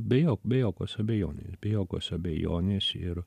be jo be jokios abejonės be jokios abejonės ir